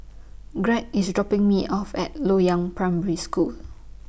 Greg IS dropping Me off At Loyang Primary School